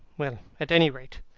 well, at any rate,